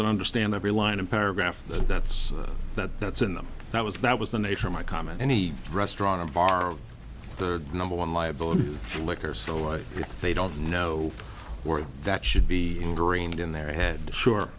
and understand every line and paragraph that's that that's in them that was that was the nature of my comment any restaurant and bar the number one liability is a liquor store right they don't know where that should be ingrained in their head sure